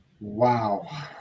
Wow